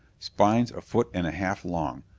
spines a foot and a half long,